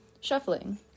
shuffling